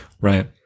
Right